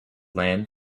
land